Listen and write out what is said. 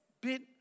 bit